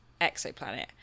exoplanet